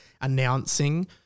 announcing